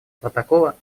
протокола